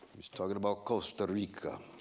he's talking about costa rica,